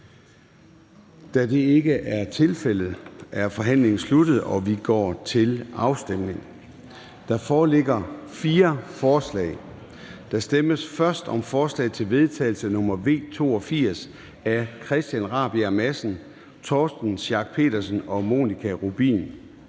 Da det ikke er tilfældet, er forhandlingen sluttet, og vi går til afstemning. Kl. 02:39 Afstemning Formanden (Søren Gade): Der foreligger fire forslag. Der stemmes først om forslag til vedtagelse nr. V 82 af Christian Rabjerg Madsen (S), Torsten Schack Pedersen (V) og Monika Rubin